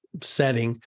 setting